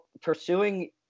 pursuing